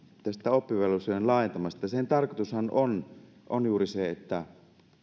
tästä oppivelvollisuuden laajentamisesta sen tarkoitushan on on juuri se että